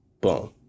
boom